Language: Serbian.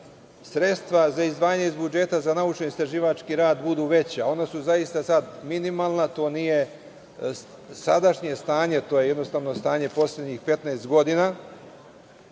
sredstva za izdvajanje iz budžeta za naučno-istraživački rad budu veća. Ona su zaista sada minimalna. To nije sadašnje stanje, to je jednostavno stanje poslednjih 15 godina.